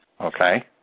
Okay